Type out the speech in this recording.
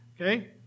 okay